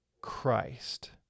Christ